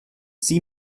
sie